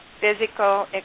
physical